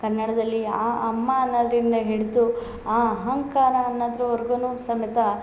ಕನ್ನಡದಲ್ಲಿ ಆ ಅಮ್ಮ ಅನ್ನೋದರಿಂದ ಹಿಡ್ದು ಆ ಅಹಂಕಾರ ಅನ್ನೋದ್ರ್ವರ್ಗುನು ಸಮೇತ